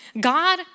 God